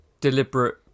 deliberate